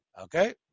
okay